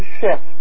shift